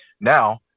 Now